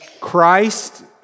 Christ